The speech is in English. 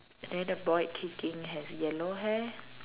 then the boy kicking has yellow hair